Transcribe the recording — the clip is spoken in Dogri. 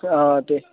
हां ते